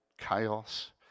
chaos